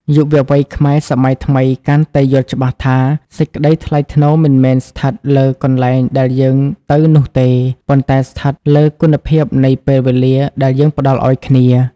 យុវវ័យខ្មែរសម័យថ្មីកាន់តែយល់ច្បាស់ថា សេចក្តីថ្លៃថ្នូរមិនមែនស្ថិតលើកន្លែងដែលយើងទៅនោះទេ ប៉ុន្តែស្ថិតលើគុណភាពនៃពេលវេលាដែលយើងផ្ដល់ឱ្យគ្នា។